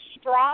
strong